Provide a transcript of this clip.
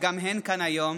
שגם הן כאן היום,